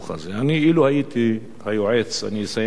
אני אסיים ואומר,